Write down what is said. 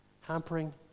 hampering